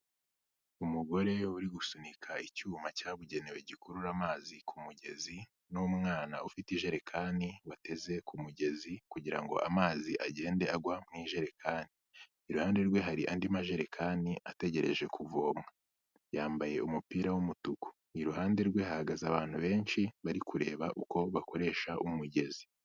Umugore uri gusunika icyuma cyabugenewe gikurura amazi ku kumugezi n'umwana ufite ijerekani, bateze ku kumugezi kugira ngo amazi agende agwa mu ijerekani, iruhande rwe hari andi majerekani ategereje kuvoma, yambaye umupira w'umutuku, iruhande rwe hahagaze abantu benshi bari kureba uko bakoresha umugezi.